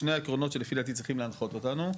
שני העקרונות שלפי דעתי צריכים להנחות אותנו,